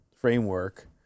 framework